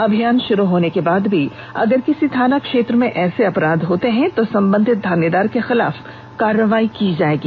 अभियान शुरू होने के बाद भी अगर किसी थाना क्षेत्र में ऐसे अपराघ होते हैं तो संबंधित थानेदार के खिलाफ कार्रवाई की जाएगी